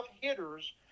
hitters